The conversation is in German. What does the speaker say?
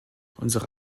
unsere